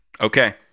Okay